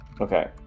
Okay